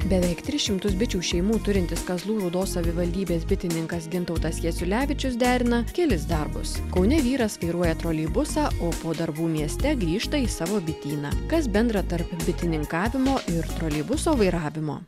beveik tris šimtus bičių šeimų turintis kazlų rūdos savivaldybės bitininkas gintautas jasiulevičius derina kelis darbus kaune vyras vairuoja troleibusą o po darbų mieste grįžta į savo bityną kas bendra tarp bitininkavimo ir troleibuso vairavimo